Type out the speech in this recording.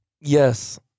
Yes